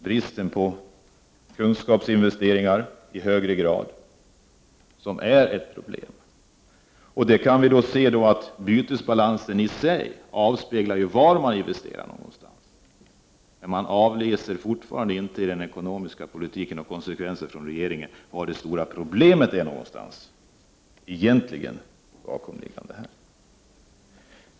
Bristen på kunskapsinvesteringar är ett problem. Bytesbalansen i sig avspeglar ju var man investerar någonstans. Men vi avläser fortfarande inte i den ekonomiska politiken att regeringen drar några konsekvenser som gäller var det stora bakomliggande problemet egentligen finns.